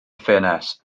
ffenest